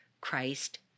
Christ